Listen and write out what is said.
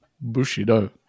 Bushido